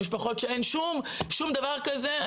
בהן אין שום דבר כזה,